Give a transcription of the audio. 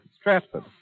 Stratford